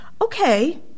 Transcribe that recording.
okay